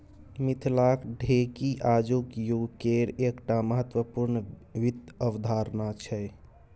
मिथिलाक ढेकी आजुक युगकेर एकटा महत्वपूर्ण वित्त अवधारणा छै